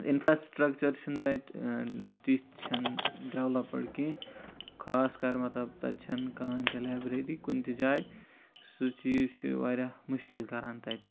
infrastructure چھُنہٕ تَتہِ تِتھۍ چھِنہٕ ڈیٚولَپڈ کینٛہہ خاص کر مَطلَب تَتہِ چھَنہٕ کٕہٕنۍ تہِ لایبرَری کُنِہ تہِ جایہِ سُہ چیٖز چھُ واریاہ مُشکِل کَران تَتہِ